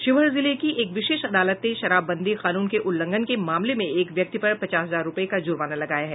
शिवहर जिले की एक विशेष अदालत ने शराबबंदी कानून के उल्लंघन के मामले में एक व्यक्ति पर पचास हजार रूपये का जुर्माना लगाया है